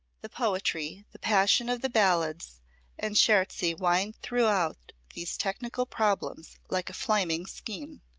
the poetry, the passion of the ballades and scherzi wind throughout these technical problems like a flaming skein.